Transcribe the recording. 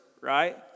right